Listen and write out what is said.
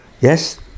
Yes